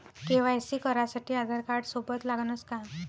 KYC करासाठी आधारकार्ड सोबत लागनच का?